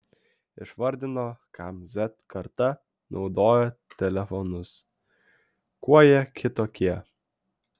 išvardino kam z karta naudoja telefonus kuo jie kitokie